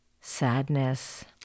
sadness